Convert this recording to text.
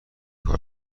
کار